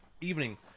evening